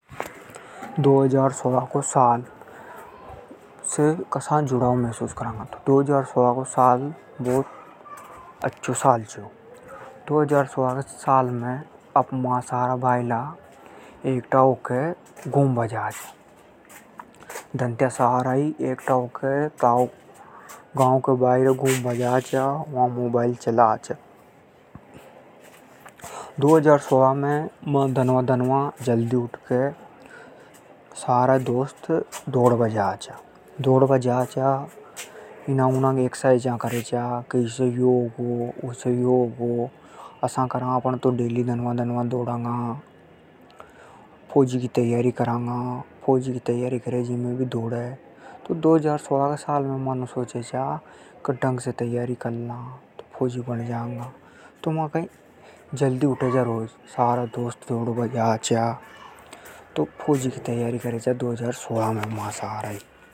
दो हजार सोल्ह को साल से कसा जुड़ाव महसूस करांगा। दो हजार सोल्ह को साल बहुत अच्छों साल चो । म्हा सारा भायला घूमबा जाचा एकट्ठा होके। दंत्या सारा ही घूमबा जाचा गांव बाईरे अर वा मोबाइल चला चा। दो हजार सोल्ह में मा दनवा-दनवा जल्दी उठ के सारा भायला दौड़बा जाचा। इनांग उनांग एक्सरसाइज करेचा के ईसे यो होगो उसे यो होगो। असा करा अपण तो डेली दनवा दनवा दोडांगा। फौजी की तैयारी करांगा। फौजी की तैयारी करे जिमे भी दोडे़। दो हजार सोल्ह का साल में मा यू सोचे चा के ढंग से तैयारी कर ला। फौजी बण जांगा। तो मा कई जल्दी उठे चा रोज सारा दोस्त दौड़बा जाचा। तो फौजी की तैयारी करेचा मा सारा भायला।